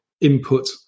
input